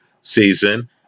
season